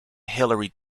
hilary